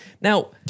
Now-